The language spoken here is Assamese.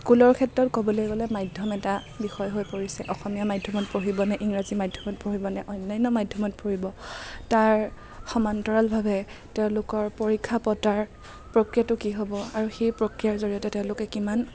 স্কুলৰ ক্ষেত্ৰত ক'বলৈ গ'লে মাধ্যম এটা বিষয় হৈ পৰিছে অসমীয়া মাধ্যমত পঢ়িবনে ইংৰাজী মাধ্যমত পঢ়িবনে অন্যান্য মাধ্যমত পঢ়িব তাৰ সমান্তৰালভাৱে তেওঁলোকৰ পৰীক্ষা পতাৰ প্ৰক্ৰিয়াটো কি হ'ব আৰু সেই প্ৰক্ৰিয়াৰ জৰিয়তে তেওঁলোকে কিমান